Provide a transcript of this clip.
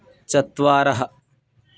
चत्वारः